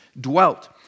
dwelt